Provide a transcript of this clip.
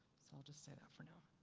so i will just say that for now.